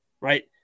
right